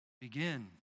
begin